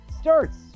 starts